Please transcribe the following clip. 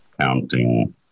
counting